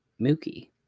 Mookie